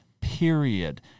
Period